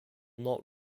not